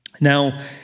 Now